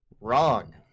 wrong